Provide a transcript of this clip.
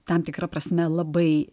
tam tikra prasme labai